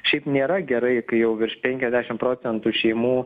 šiaip nėra gerai kai jau virš penkiasdešim procentų šeimų